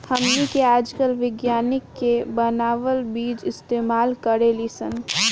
हमनी के आजकल विज्ञानिक के बानावल बीज इस्तेमाल करेनी सन